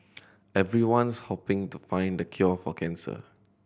everyone's hoping to find the cure for cancer